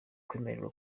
kwemererwa